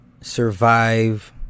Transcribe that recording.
Survive